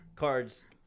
Cards